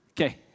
Okay